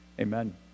Amen